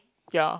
ya